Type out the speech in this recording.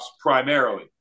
primarily